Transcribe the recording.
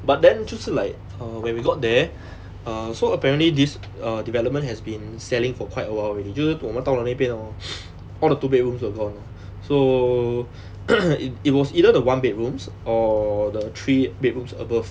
but then 就是 like when uh we got there err so apparently this uh development has been selling for quite awhile already 就是我们到了那边 hor all the two bedrooms were gone so it it was either the one bedroom or the three bedrooms above